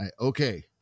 Okay